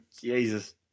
Jesus